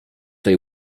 tej